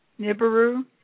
Nibiru